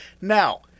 Now